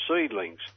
seedlings